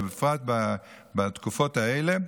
ובפרט בתקופות האלה: